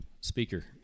speaker